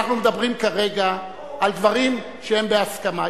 אנחנו מדברים כרגע על דברים שהם בהסכמה.